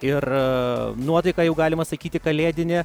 ir nuotaika jau galima sakyti kalėdinė